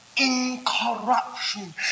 incorruption